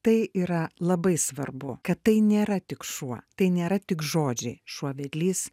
tai yra labai svarbu kad tai nėra tik šuo tai nėra tik žodžiai šuo vedlys